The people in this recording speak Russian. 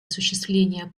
осуществления